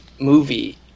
movie